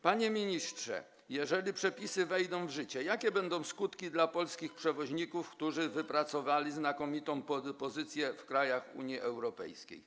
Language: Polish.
Panie ministrze, jeżeli przepisy wejdą w życie, jakie będą skutki dla polskich przewoźników, którzy wypracowali znakomitą pozycję w krajach Unii Europejskiej?